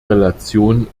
relation